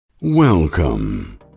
Welcome